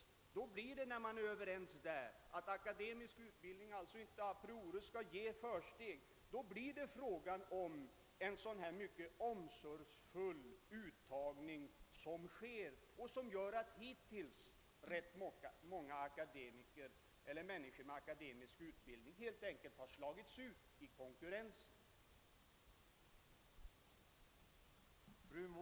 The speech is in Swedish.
Och när vi sålunda är överens om att akademisk utbildning inte genereHt skall ge försteg, då blir det fråga om en sådan mycket omsorgsfull uttagning som sker och som gjort att hittills rätt många personer med akademisk utbildning helt enkelt har slagits ut i konkurrensen.